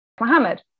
Mohammed